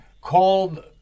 called